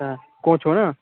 हाँ कोच हो ना